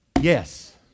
Yes